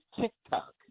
TikTok